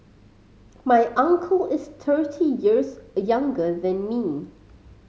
my uncle is thirty years younger than me